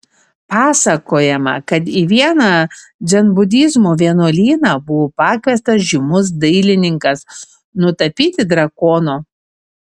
pasakojama kad į vieną dzenbudizmo vienuolyną buvo pakviestas žymus dailininkas nutapyti drakono